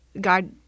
God